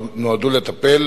שנועדו לטפל,